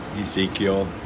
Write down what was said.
Ezekiel